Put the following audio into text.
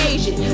Asian